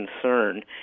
concern